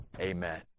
Amen